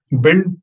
Build